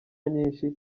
nyinshi